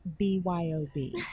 BYOB